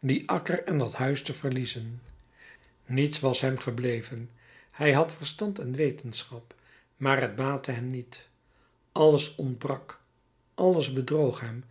dien akker en dat huis te verliezen niets was hem gebleven hij had verstand en wetenschap maar t baatte hem niet alles ontbrak alles bedroog hem